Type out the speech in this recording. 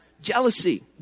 Jealousy